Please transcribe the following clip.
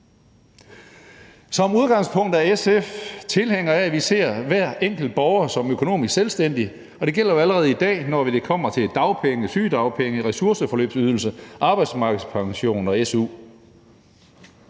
Som udgangspunkt er SF tilhængere af, at vi ser hver enkelt borger som økonomisk selvstændig, og det gælder jo allerede i dag, når det kommer til dagpenge, sygedagpenge, ressourceforløbsydelser, arbejdsmarkedspension og SU.